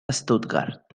stuttgart